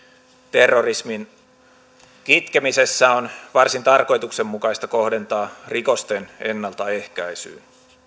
terrorismin kitkemisessä on varsin tarkoituksenmukaista kohdentaa rikosten ennaltaehkäisyyn